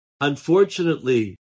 Unfortunately